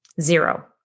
zero